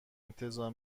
انتظار